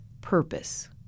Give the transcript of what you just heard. Purpose